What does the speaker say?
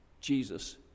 Jesus